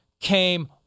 came